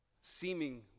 seeming